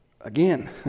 Again